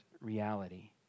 reality